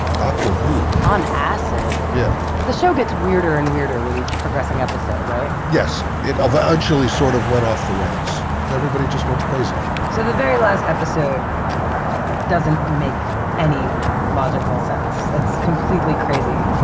dr. who. on acid. yeah the show gets weirder and weirder with each progressing episode, right? yes. it ah eventually sort of went off the rails. everybody just went crazy so the very last episode doesn't make any logical sense. it's completely crazy.